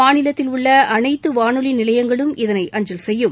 மாநிலத்தில் உள்ள அனைத்து வானொலி நிலையங்களும் இதனை அஞ்சல் செய்யும்